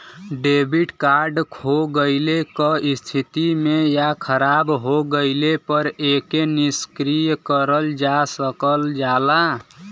debit card खो गइले क स्थिति में या खराब हो गइले पर एके निष्क्रिय करल जा सकल जाला